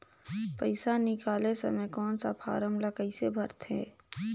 पइसा निकाले समय कौन सा फारम ला कइसे भरते?